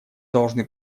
должны